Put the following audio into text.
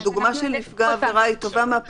הדוגמא של נפגע עבירה היא טובה מהבחינה הזו כי לא בטוח